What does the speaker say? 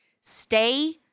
stay